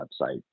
website